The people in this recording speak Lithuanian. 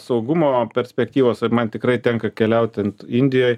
saugumo perspektyvos ir man tikrai tenka keliaut ten indijoj